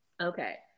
Okay